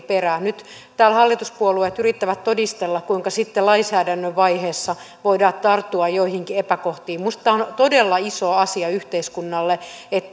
perään nyt täällä hallituspuolueet yrittävät todistella kuinka sitten lainsäädännön vaiheessa voidaan tarttua joihinkin epäkohtiin minusta tämä on todella iso asia yhteiskunnalle